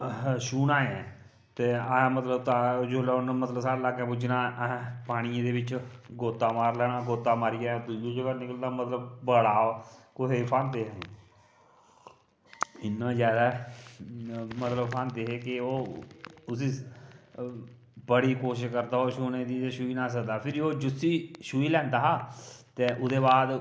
छूह्ना ऐ ते असें मतलब जोल्लै उ'न्ने मतलब साढ़े लागै पुज्जना असें पानियें दे बिच गोता मारी लैना गोता मारियै दूइयै जगह् निकलदा मतलब बड़ा कुसै गी स्हांदे हे इ'न्ना जादा मतलब स्हादें हे कि ओह् उसी बड़ी कोशिश करदा ओह् छूह्ने दी ते छूही नेईं हा सकदा ते ओह् फिर जिसी छूही लैंदा हा ते ओह्दे बाद